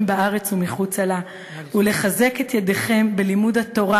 בארץ ומחוצה לה ולחזק את ידיכם בלימוד התורה,